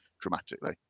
dramatically